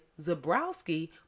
Zabrowski